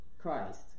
Christ